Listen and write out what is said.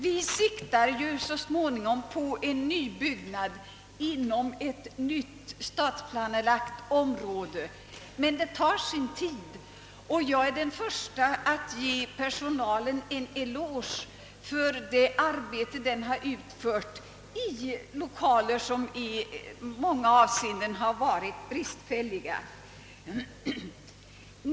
Vi siktar ju så småningom på en nybyggnad inom ett nytt stadsplanelagt område, men det tar sin tid. Jag är den första att ge personalen en eloge för det arbete som den har utfört i lokaler vilka i många avseenden har varit bristfälliga.